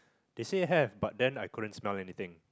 they say have but then I couldn't smell anything